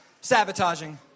sabotaging